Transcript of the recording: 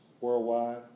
worldwide